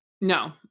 No